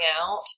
out